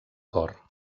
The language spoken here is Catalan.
cor